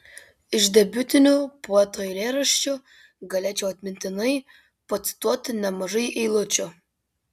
iš debiutinių poeto eilėraščių galėčiau atmintinai pacituoti nemažai eilučių